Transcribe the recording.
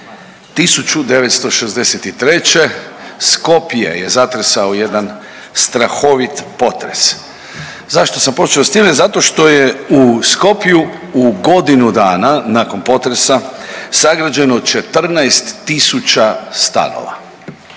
1963. Skopje je zatresao jedan strahovit potres. Zašto sam počeo s time? Zato što je u Skopju u godinu dana nakon potresa sagrađeno 14000 stanova,